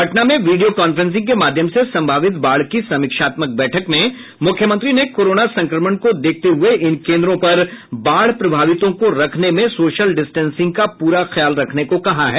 पटना में video conferencing के माध्यम से संभावित बाढ़ की समीक्षात्मक बैठक में मुख्यमंत्री ने कोरोना संक्रमण को देखते हुये इन केंद्रों पर बाढ़ प्रभावितों को रखने में सोशल डिस्टेंसिंग का पूरा ख्याल रखने को कहा है